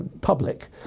Public